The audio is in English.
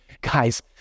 guys